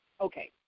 Okay